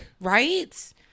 Right